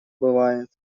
бывает